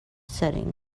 setting